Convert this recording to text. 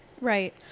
Right